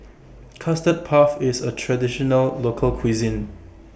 Custard Puff IS A Traditional Local Cuisine